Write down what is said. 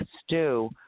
stew